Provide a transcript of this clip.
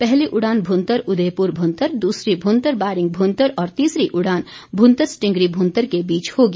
पहली उड़ान भुंतर उदयपुर भुंतर दूसरी भुंतर बारिंग भुंतर और तीसरी उड़ान भुंतर स्टिंगरी भुंतर के बीच होगी